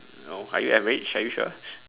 no are you average are you sure